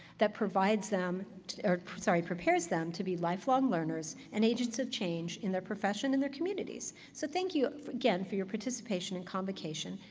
that provides them or, sorry, prepares them to be lifelong learners and agents of change in their profession and their communities. so thank you again for your participation in convocation,